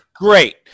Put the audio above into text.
great